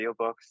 audiobooks